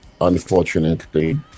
Unfortunately